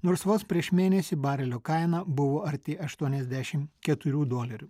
nors vos prieš mėnesį barelio kaina buvo arti aštuoniasdešimt keturių dolerių